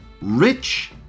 rich